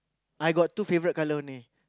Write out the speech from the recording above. I got two favourite colour only